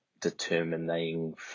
determining